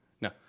No